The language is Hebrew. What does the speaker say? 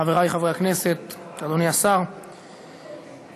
של חבר הכנסת בצלאל סמוטריץ וקבוצת חברי הכנסת.